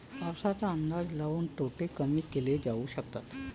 पाऊसाचा अंदाज लाऊन तोटे कमी केले जाऊ शकतात